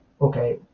okay